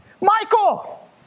Michael